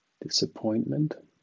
disappointment